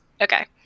okay